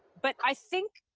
but i think.